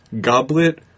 goblet